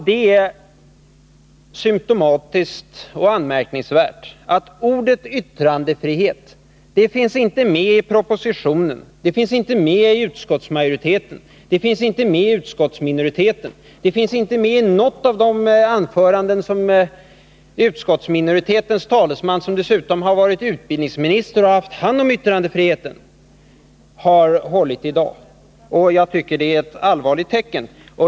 Det är symtomatiskt och anmärkningsvärt att ordet yttrandefrihet inte finns med i propositionen, inte i utskottsmajoritetens skrivning och inte heller i utskottsminoritetens skrivning. Det har inte heller funnits med i något av de anföranden som utskottsminoritetens talesman — som varit utbildningsminister och haft hand om yttrandefriheten — har hållit i dag. Det är ett allvarligt tecken.